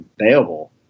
available